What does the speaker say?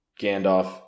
Gandalf